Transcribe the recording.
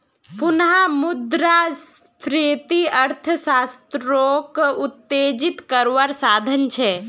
पुनः मुद्रस्फ्रिती अर्थ्शाश्त्रोक उत्तेजित कारवार साधन छे